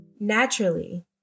Naturally